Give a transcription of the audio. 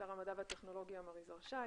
שר המדע והטכנולוגיה מר יזהר שי